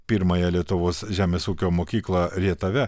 pirmąją lietuvos žemės ūkio mokyklą rietave